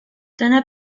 dyna